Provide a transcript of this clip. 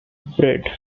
bread